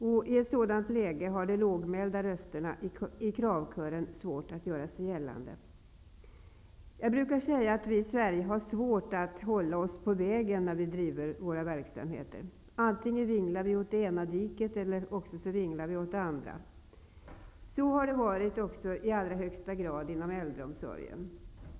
Och i ett sådant läge har de lågmälda rösterna i kravkören svårt att göra sig gällande. Jag brukar säga att vi i Sverige har svårt att hålla oss på vägen när vi driver våra verksamheter. Antingen vinglar vi åt det ena diket eller åt det andra. Så har det varit i allra högsta grad också inom äldreomsorgen.